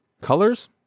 colors